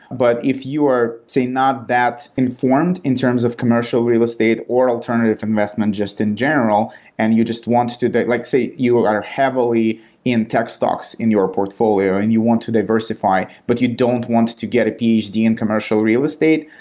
but if you are say not that informed in terms of commercial real estate or alternative investment just in general and you just want to like say, you are heavily in tech stocks in your portfolio and you want to diversify, but you don't want to get a phd in commercial real estate,